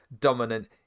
dominant